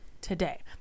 today